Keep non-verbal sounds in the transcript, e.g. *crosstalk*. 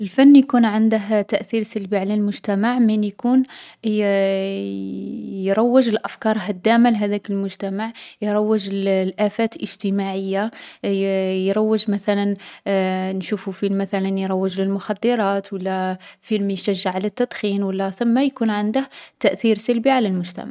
الفن يكون عنده تأثير سلبي على المجتمع من يكون يـ *hesitation* يروّج لأفكار هدّامة لهاذاك المجتمع. يروّج لـ لأفات اجتماعية، يـ يروّج مثلا *hesitation* نشوفو فيلم مثلا يروّج للمخدّرات و لا فيلم يشجّع على التدخين و لا؛ ثمّا يكون عنده تأثير سلبي على المجتمع.